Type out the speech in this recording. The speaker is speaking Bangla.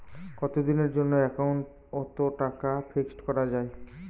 কতদিনের জন্যে একাউন্ট ওত টাকা ফিক্সড করা যায়?